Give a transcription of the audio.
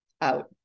out